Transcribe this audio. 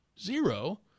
zero